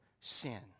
sin